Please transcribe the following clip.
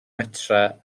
metrau